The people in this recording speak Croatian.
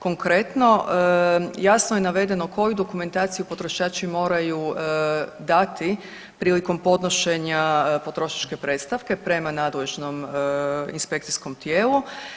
Konkretno, jasno je navedeno koju dokumentaciju potrošači moraju dati prilikom podnošenja potrošačke predstavke prema nadležnom inspekcijom tijelu.